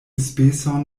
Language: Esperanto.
speson